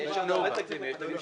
יש גם דוגמה של תנובה,